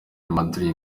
madrid